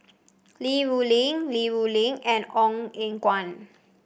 Li Rulin Li Rulin and Ong Eng Guan